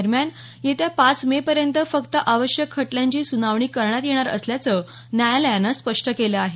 दरम्यान येत्या पाच मे पर्यंत फक्त आवश्यक खटल्यांची सूनावणी करण्यात येणार असल्याचं न्यायालयानं स्पष्ट केलं आहे